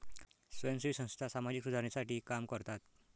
स्वयंसेवी संस्था सामाजिक सुधारणेसाठी काम करतात